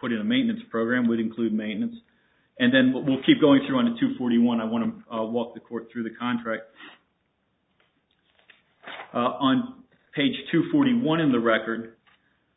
put in a maintenance program would include maintenance and then what will keep going through on a two forty one i want to what the court through the contract on page two forty one of the record